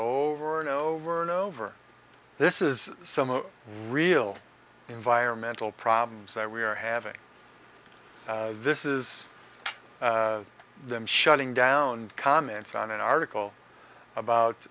over and over and over this is some real environmental problems that we're having this is them shutting down comments on an article about